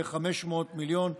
ל-500 מיליון,